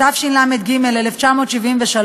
התשל"ג 1973,